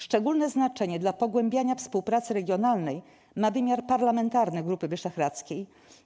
Szczególne znaczenie dla pogłębiania współpracy regionalnej ma wymiar parlamentarny Grupy Wyszehradzkiej.